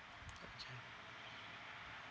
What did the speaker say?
okay